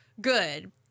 good